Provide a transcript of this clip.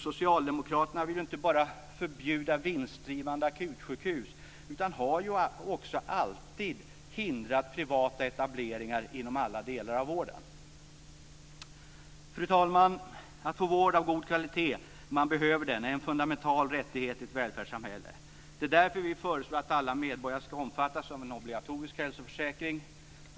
Socialdemokraterna vill ju inte bara förbjuda vindstdrivande akutsjukhus, utan de har också alltid hindrat privata etableringar inom alla delar av vården. Fru talman! Att få vård av god kvalitet, när man behöver den, är en fundamental rättighet i ett välfärdssamhälle. Det är därför som vi föreslår att alla medborgare ska omfattas av en obligatorisk hälsoförsäkring.